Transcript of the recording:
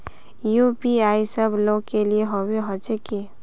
UPI सब लोग के लिए होबे होचे की?